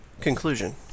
Conclusion